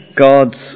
God's